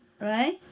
right